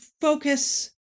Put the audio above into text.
focus